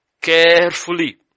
carefully